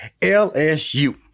LSU